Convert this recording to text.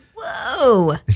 Whoa